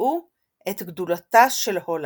ביטאו את גדולתה של הולנד.